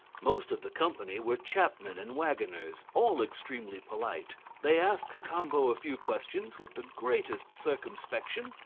most of the company were chapmen and waggoners, all extremely polite they asked cacambo a few questions with the greatest circumspection,